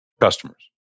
customers